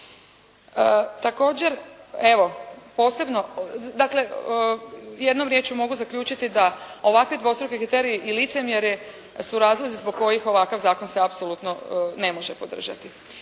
Također evo jednom riječju mogu zaključiti da ovakvi dvostruki kriteriji i licemjerje su razlozi zbog kojih se ovaj zakon se apsolutno ne može podržati.